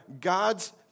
God's